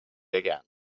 again